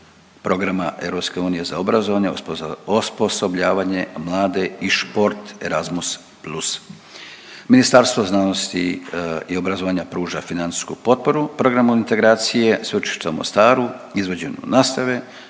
programa EU za obrazovanje, osposo… osposobljavanje, mlade i šport ERASMUS+. Ministarstvo znanosti i obrazovanja pruža financijsku potporu programu integracije Sveučilišta u Mostaru izvođenjem nastave